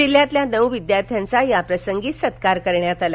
जिल्ह्यातील नऊ विद्यार्थ्यांचा या प्रसंगी सत्कार करण्यात आला